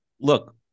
look